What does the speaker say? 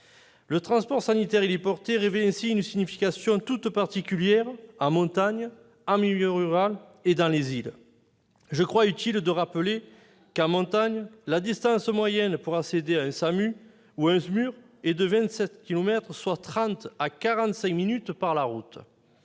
Le transport sanitaire héliporté revêt ainsi une signification toute particulière en montagne, en milieu rural et dans les îles. Je crois utile de le rappeler, en montagne, la distance moyenne pour accéder à un SAMU ou un SMUR est de vingt-sept kilomètres, soit